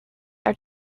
are